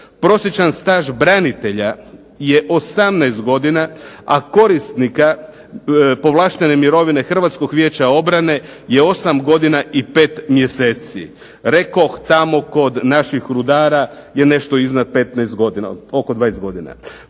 Prosječan staž branitelja je 18 godina, a korisnika povlaštene mirovine Hrvatskog vijeća obrane je 8 godina i pet mjeseci. Rekoh tamo kod naših rudara je nešto preko 15 godina, oko 20 godina.